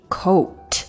coat